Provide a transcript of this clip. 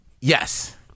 Yes